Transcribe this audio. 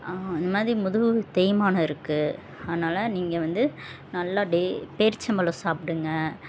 இது மாதிரி முதுகு தேய்மானம் இருக்குது அதனால் நீங்கள் வந்து நல்லா டே பேரிச்சம்பழம் சாப்பிடுங்க